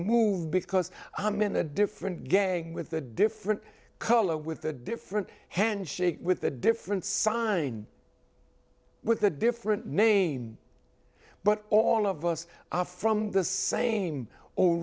move because i'm in a different gang with a different color with a different handshake with a different sign with a different name but all of us are from the same o